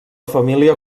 família